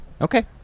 Okay